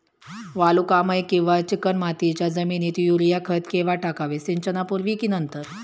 वालुकामय किंवा चिकणमातीच्या जमिनीत युरिया खत केव्हा टाकावे, सिंचनापूर्वी की नंतर?